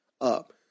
up